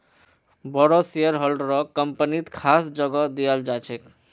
बोरो शेयरहोल्डरक कम्पनीत खास जगह दयाल जा छेक